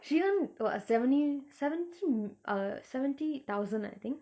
she earn about seventy seventy uh seventy thousand I think